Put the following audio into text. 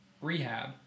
Rehab